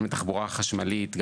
גם לתחבורה חשמלית,